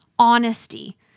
honesty